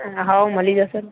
હોવ મળી જશે ને